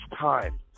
time